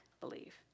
believe